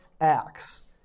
acts